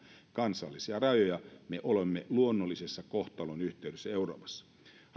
kansallisia rajoja me olemme luonnollisessa kohtalonyhteydessä euroopassa arvoisa puhemies